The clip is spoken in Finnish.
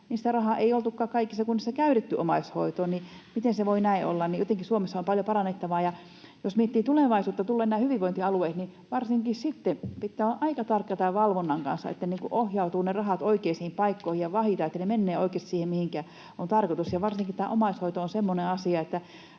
niin sitä rahaa ei oltukaan kaikissa kunnissa käytetty omaishoitoon. Miten se voi näin olla? Jotenkin Suomessa on paljon parannettavaa. Jos miettii tulevaisuutta — tulevat nämä hyvinvointialueet — niin varsinkin sitten pitää olla aika tarkka tämän valvonnan kanssa, että ne rahat ohjautuvat oikeisiin paikkoihin ja vahditaan, että ne menevät oikeasti siihen, mihinkä on tarkoitus. Ja varsinkin tämä omaishoito on semmoinen asia,